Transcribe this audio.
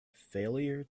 failure